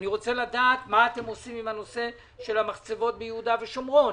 אני רוצה לדעת מה אתם עושים עם נושא המחצבות ביהודה ושומרון,